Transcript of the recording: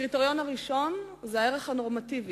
הקריטריון הראשון הוא הערך הנורמטיבי,